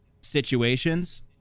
situations